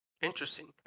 Interesting